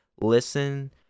listen